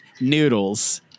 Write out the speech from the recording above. noodles